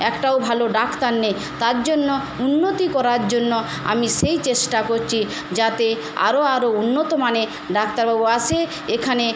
একটাও ভালো ডাক্তার নেই তার জন্য উন্নতি করার জন্য আমি সেই চেষ্টা করছি যাতে আরো আরো উন্নত মানের ডাক্তারবাবু আসে এখানে